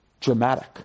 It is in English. dramatic